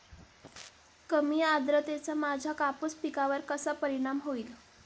कमी आर्द्रतेचा माझ्या कापूस पिकावर कसा परिणाम होईल?